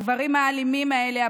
הגברים האלימים האלה,